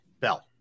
Bell